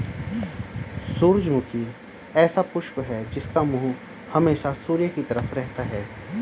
सूरजमुखी ऐसा पुष्प है जिसका मुंह हमेशा सूर्य की तरफ रहता है